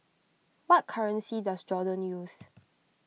what currency does Jordan use